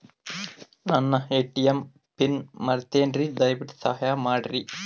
ನನ್ನ ATM PIN ಮರೆತೇನ್ರೀ, ದಯವಿಟ್ಟು ಸಹಾಯ ಮಾಡ್ರಿ